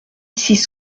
six